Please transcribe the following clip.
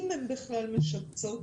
אם הן בכלל משפצות.